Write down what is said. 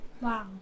Wow